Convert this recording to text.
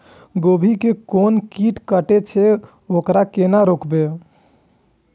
गोभी के कोन कीट कटे छे वकरा केना रोकबे?